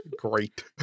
Great